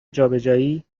جابجایی